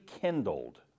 kindled